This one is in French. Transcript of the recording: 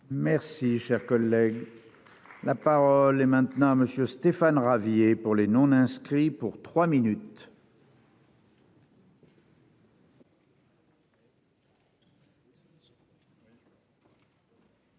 Merci, cher collègue. La parole est maintenant monsieur Stéphane Ravier pour les non inscrits pour 3 minutes.